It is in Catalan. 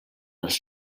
els